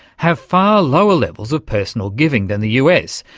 have far lower levels of personal giving than the us,